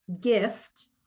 gift